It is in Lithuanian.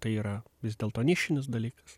tai yra vis dėlto nišinis dalykas